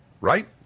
right